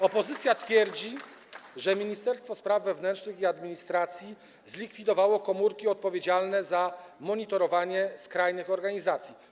Opozycja twierdzi, że Ministerstwo Spraw Wewnętrznych i Administracji zlikwidowało komórki odpowiedzialne za monitorowanie skrajnych organizacji.